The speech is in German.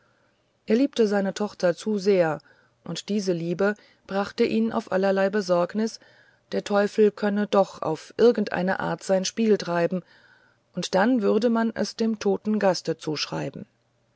er liebte seine tochter zu sehr und diese liebe brachte ihn auf allerlei besorgnis der teufel könne doch auf irgendeine art sein spiel treiben und dann würde man es dem toten gaste zuschreiben